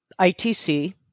ITC